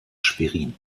schwerin